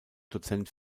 dozent